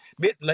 mid